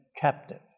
captive